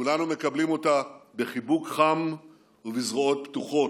כולנו מקבלים אותה בחיבוק חם ובזרועות פתוחות.